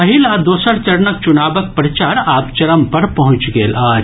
पहिल आ दोसर चरणक चुनावक प्रचार आब चरम पर पहुंचि गेल अछि